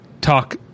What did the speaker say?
talk